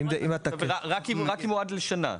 רק אם הוא עד לשנה.